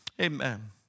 Amen